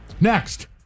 Next